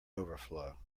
overflow